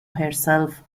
herself